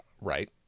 Right